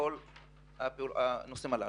לכל אלה.